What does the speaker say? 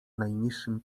najniższym